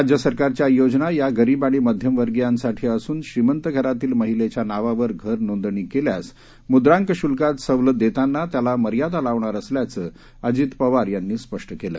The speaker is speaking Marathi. राज्य सरकारच्या योजना या गरीब आणि मध्यमर्गीयांसाठी असून श्रीमंत घरातील महिलेच्या नावावर घर नोंदणी केल्यास मुद्रांक शुल्कात सवलत देताना त्याला मर्यादा लावणार असल्याचं अजित पवार यांनी स्पष्ट केलं